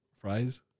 Fries